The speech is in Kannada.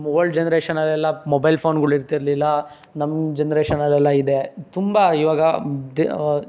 ಓಲ್ಡ್ ಜನ್ರೇಷನಲೆಲ್ಲ ಮೊಬೈಲ್ ಫೋನ್ಗುಳು ಇರುತ್ತಿರ್ಲಿಲ್ಲ ನಮ್ಮ ಜನ್ರೇಷನಲ್ಲೆಲ್ಲ ಇದೆ ತುಂಬ ಇವಾಗ ದ್